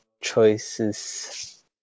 choices